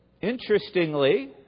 interestingly